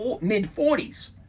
mid-40s